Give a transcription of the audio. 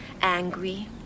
Angry